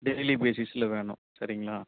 daily பேஸிஸ்சில் வேணும் சரிங்களா